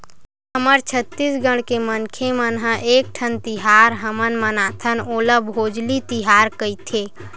हमर छत्तीसगढ़ के मनखे मन ह एकठन तिहार हमन मनाथन ओला भोजली तिहार कइथे